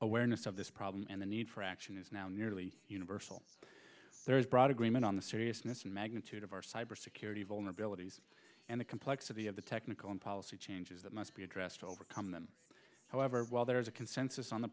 awareness of this problem and the need for action is now nearly universal there is broad agreement on the seriousness and magnitude of our cyber security vulnerabilities and the complexity of the technical and policy changes that must be addressed to overcome them however while there is a consensus on the